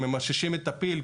ממששים את הפיל,